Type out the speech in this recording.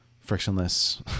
frictionless